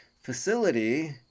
facility